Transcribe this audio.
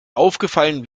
aufgefallen